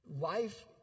life